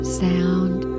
sound